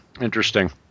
Interesting